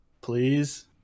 please